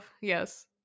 yes